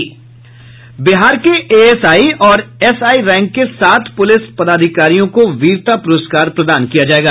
बिहार के एएसआई और SI rank के सात पुलिस पदाधिकारियों को वीरता पुरस्कार प्रदान किया जायेगा